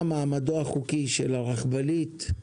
מה מעמדה החוקי של הרכבלית,